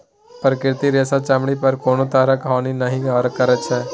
प्राकृतिक रेशा चमड़ी पर कोनो तरहक हानि नहि करैत छै